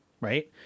right